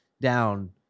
down